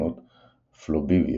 המכונות "פלוביאל"